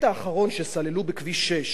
כמו החברה של כביש 6. הקטע האחרון שסללו בכביש 6,